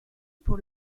pour